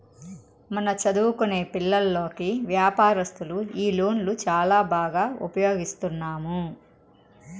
మన చదువుకొనే పిల్లోల్లకి వ్యాపారస్తులు ఈ లోన్లు చాలా బాగా ఉపయోగిస్తున్నాము